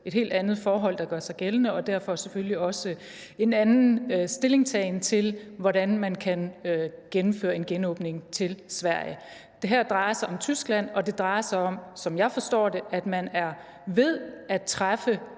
et helt andet forhold, der gør sig gældende med hensyn til Sverige, og derfor er det selvfølgelig også en anden stillingtagen til, hvordan man kan gennemføre en genåbning til Sverige. Det her drejer sig om Tyskland, og det drejer sig om, sådan som jeg forstår det, at man er ved at træffe